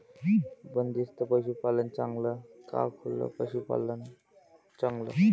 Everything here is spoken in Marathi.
बंदिस्त पशूपालन चांगलं का खुलं पशूपालन चांगलं?